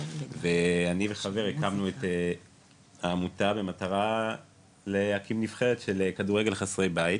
אני וחבר הקמנו את העמותה במטרה להקים נבחרת של כדורגל לחסרי בית,